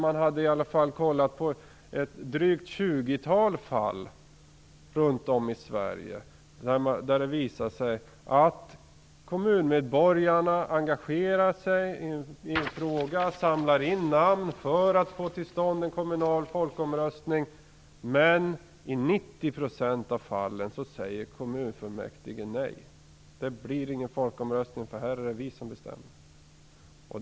Man hade kontrollerat ett drygt tjugotal fall runt om i Sverige där det visat sig att kommunmedborgarna engagerat sig i en fråga och samlat in namn för att få till stånd en kommunal folkomröstning. Men i 90 % av fallen säger kommunfullmäktige nej. Det blir ingen folkomröstning, för här är det vi som bestämmer.